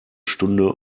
stunde